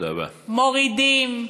מורידים,